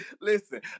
Listen